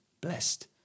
blessed